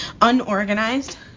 unorganized